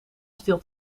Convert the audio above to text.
stil